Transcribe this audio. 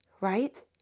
right